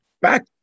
back